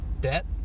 debt